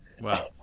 wow